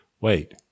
Wait